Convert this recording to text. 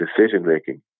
decision-making